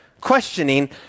questioning